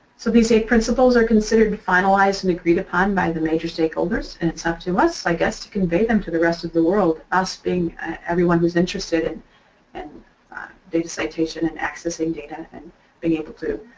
so these eight principles are considered finalized and agreed upon by the major stakeholders and it's up to us, i guess, to convey them to the rest of the world. us being everyone who's interested in data citation and accessing data and being able to